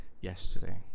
yesterday